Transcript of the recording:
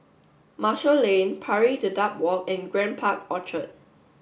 Marshall Lane Pari Dedap Walk and Grand Park Orchard